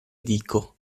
dico